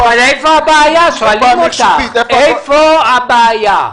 איפה הבעיה, שואלים אותך איפה הבעיה?